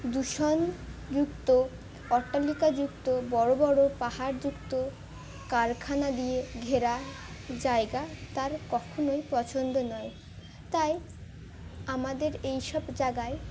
দূষণযুক্ত অট্টালিকাযুক্ত বড়ো বড়ো পাহাড়যুক্ত কারখানা দিয়ে ঘেরা জায়গা তার কখনোই পছন্দ নয় তাই আমাদের এই সব জায়গায়